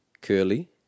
curly